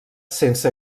sense